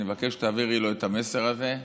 אני מבקש שתעבירי לו את המסר הזה: